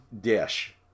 dish